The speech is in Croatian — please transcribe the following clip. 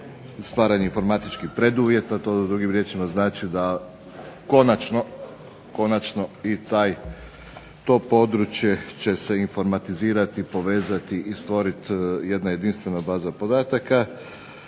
stvaranje informatičkih preduvjeta. To drugim riječima znači da konačno, konačno i to područje će se informatizirati, povezati i stvoriti jedna jedinstvena baza podataka.